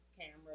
camera